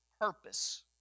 purpose